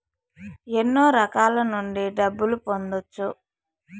ఎన్నో రకాల నుండి డబ్బులు పొందొచ్చు